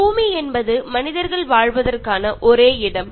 பூமி என்பது மனிதர்கள் வாழ்வதற்கான ஒரே இடம்